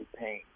pain